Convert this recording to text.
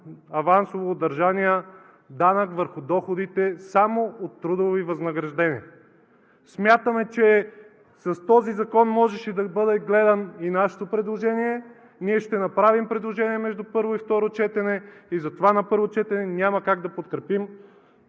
авансово удържания данък върху доходите само от трудови възнаграждения. Смятаме, че с този закон можеше да бъде гледано и нашето предложение. Ние ще направим предложение между първо и второ четене. На първо четене няма как да подкрепим